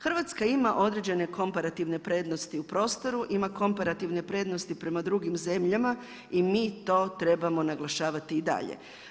Hrvatska ima određene komparativne prednosti u prostoru, ima komparativne prednosti prema drugim zemljama i mi to trebamo naglašavati i dalje.